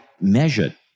measured